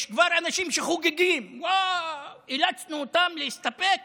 יש כבר אנשים שחוגגים, וואו, אילצנו אותם להסתפק